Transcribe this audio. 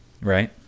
Right